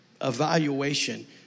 evaluation